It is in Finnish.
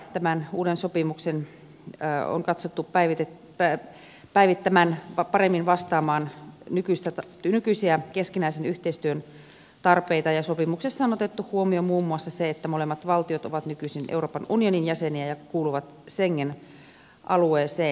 tämän uuden sopimuksen on katsottu paremmin vastaavan nykyisiä keskinäisen yhteistyön tarpeita ja sopimuksessa on otettu huomioon muun muassa se että molemmat valtiot ovat nykyisin euroopan unionin jäseniä ja kuuluvat schengen alueeseen